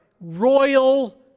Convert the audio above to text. royal